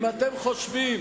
אם אתם חושבים